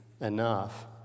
enough